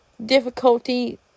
Difficulty